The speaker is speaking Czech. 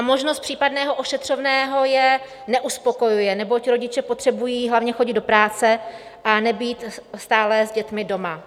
Možnost případného ošetřovného je neuspokojuje, neboť rodiče potřebují hlavně chodit do práce a nebýt stále s dětmi doma.